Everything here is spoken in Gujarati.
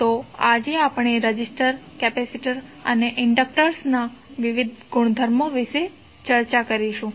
તો આજે આપણે રેઝિસ્ટર કેપેસિટર અને ઇન્ડક્ટર્સના વિવિધ ગુણધર્મો વિશે ચર્ચા કરીશું